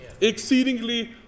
Exceedingly